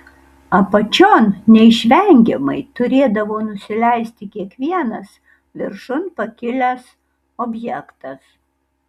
apačion neišvengiamai turėdavo nusileisti kiekvienas viršun pakilęs objektas